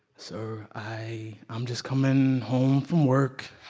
so i i'm just coming home from work.